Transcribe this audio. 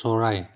চৰাই